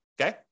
okay